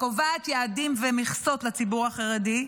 הקובעת יעדים ומכסות לציבור החרדי,